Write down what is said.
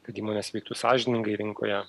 kad įmonės veiktų sąžiningai rinkoje